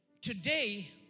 Today